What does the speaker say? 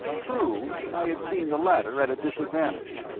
true, i had seen the latter at a disadvantage,